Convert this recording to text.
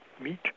meet